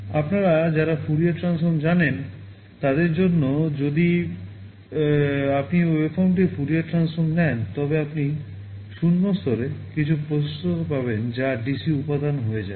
আপনারা যারা Fourier transform জানেন তাদের জন্য যদি আপনি এই ওয়েভফর্মটির ফুরিয়ার ট্রান্সফর্ম নেন তবে আপনি 0 স্তরে কিছু প্রশস্ততা পাবেন যা DC উপাদান হয়ে যাবে